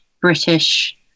British